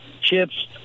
chips